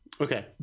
Okay